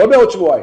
לא בעוד שבועיים.